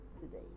today